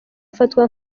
afatwa